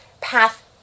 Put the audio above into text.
path